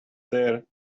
there